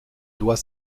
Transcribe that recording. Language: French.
doit